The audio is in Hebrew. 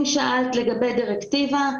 אם שאלת לגבי דירקטיבה,